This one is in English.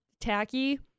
tacky